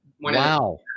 Wow